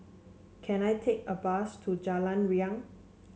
can I take a bus to Jalan Riang